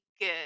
good